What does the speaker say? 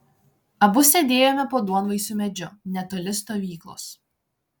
abu sėdėjome po duonvaisiu medžiu netoli stovyklos